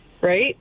right